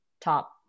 top